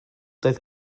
doedd